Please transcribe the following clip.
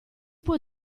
può